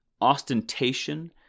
ostentation